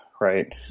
right